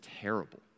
terrible